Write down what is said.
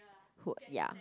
who ya